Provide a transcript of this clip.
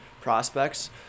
Prospects